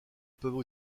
peuvent